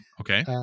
okay